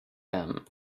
him